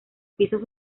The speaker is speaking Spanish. pisos